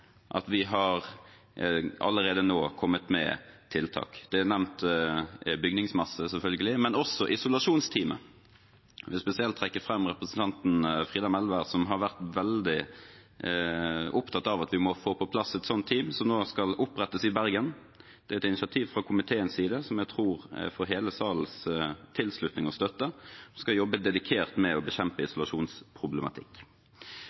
bra at vi allerede nå har kommet med tiltak. Bygningsmasse er selvfølgelig nevnt, og også isolasjonsteamet. Jeg vil spesielt trekke fram representanten Frida Melvær, som har vært veldig opptatt av at vi måtte få på plass et sånt team, som nå skal opprettes i Bergen. Det er et initiativ fra komiteens side, som jeg tror får hele salens tilslutning og støtte, og teamet skal jobbe dedikert med å bekjempe